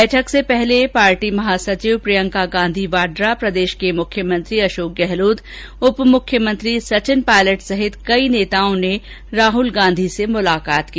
बैठक से पहले पार्टी महासचिव प्रियंका गांधी वाड्रा प्रदेश के मुख्यमंत्री अशोक गहलोत उपमुख्यमंत्री सचिन पायलट समेत कई नेताओ ने राहल गांधी से मुलाकात की